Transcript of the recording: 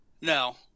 No